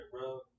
bro